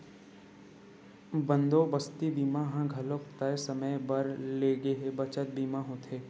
बंदोबस्ती बीमा ह घलोक तय समे बर ले गे बचत बीमा होथे